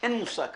אין מושג כזה.